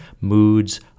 moods